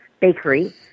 bakery